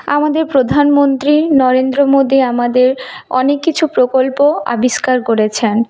আমাদের প্রধানমন্ত্রী নরেন্দ্র মোদী আমাদের অনেক কিছু প্রকল্প আবিষ্কার করেছেন